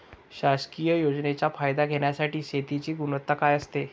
शासकीय योजनेचा फायदा घेण्यासाठी शेतीची गुणवत्ता काय असते?